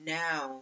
now